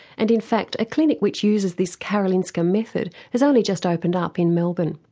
and in fact a clinic which uses this karolinska method has only just opened up in melbourne.